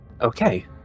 okay